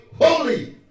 holy